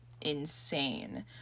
insane